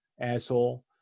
Asshole